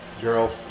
girl